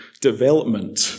development